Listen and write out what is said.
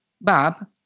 Bob